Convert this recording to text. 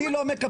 אני לא מקפח.